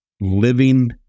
living